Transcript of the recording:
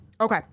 Okay